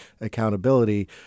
accountability